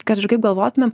kad ir kaip galvotumėm